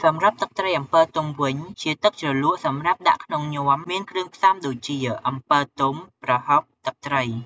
សម្រាប់ទឹកត្រីអំពិលទុំវិញ ជាទឹកជ្រលក់សម្រាប់ដាក់ក្នុងញាំមានគ្រឿងផ្សំដូចជា អំពិលទុំ ប្រហុក ទឺកត្រី។